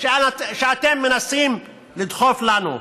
שאתם מנסים לדחוף לנו.